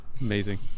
amazing